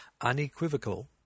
unequivocal